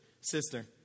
sister